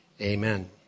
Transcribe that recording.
Amen